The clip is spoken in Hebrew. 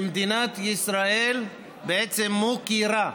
שמדינת ישראל בעצם מוקירה,